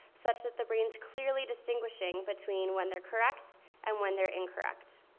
such that the brain's clearly distinguishing between when they're correct and when they're incorrect.